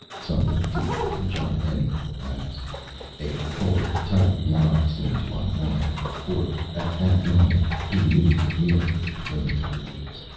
something deep within john endlich relaxed a cold tight knot seemed to unwind for, at that moment, he knew that neely was beginning to lose.